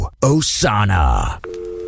Osana